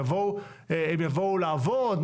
הם יבואו לעבוד?